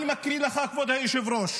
אני מקריא לך, כבוד היושב-ראש.